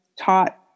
taught